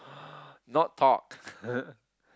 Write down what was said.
not talk